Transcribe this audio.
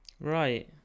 Right